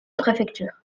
préfecture